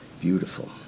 Beautiful